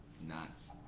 Nuts